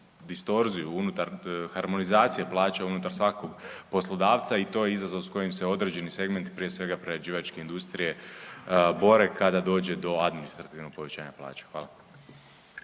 distorziju unutar harmonizacije plaće unutar svakog poslodavca i to je izazov s kojim se određeni sektori, prije svega, prerađivačke industrije bore kada dođe do administrativnog povećanja plaće. Hvala.